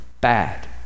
bad